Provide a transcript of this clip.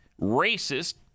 racist